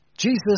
Jesus